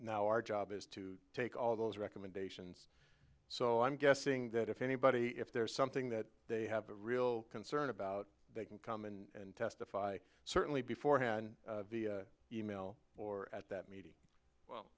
now our job is to take all those recommendations so i'm guessing that if anybody if there's something that they have a real concern about they can come and testify certainly before hand e mail or at that meeting well